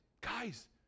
guys